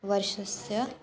वर्षस्य